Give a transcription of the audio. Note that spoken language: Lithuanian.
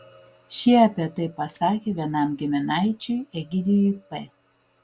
šie apie tai pasakė vienam giminaičiui egidijui p